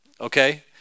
okay